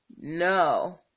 no